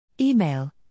Email